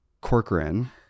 Corcoran